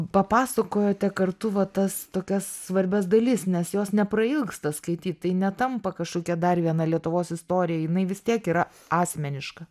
papasakojote kartu va tas tokias svarbias dalis nes jos neprailgsta skaityt tai netampa kažkokia dar viena lietuvos istorija jinai vis tiek yra asmeniška